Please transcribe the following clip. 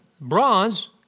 bronze